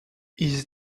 his